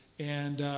and